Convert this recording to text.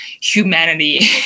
humanity